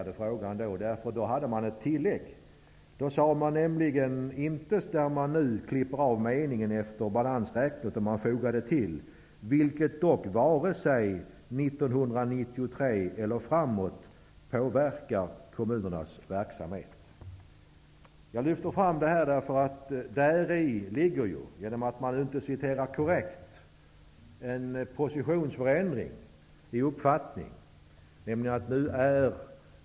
Då fortsatte den citerade meningen på följande sätt: ''vilket dock vare sig 1993 eller framåt påverkar kommunernas verksamhet''. Jag vill lyfta fram det här. Genom att man inte citerar korrekt ger man uttryck för en positionsförändring i uppfattningen.